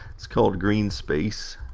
it's called green space.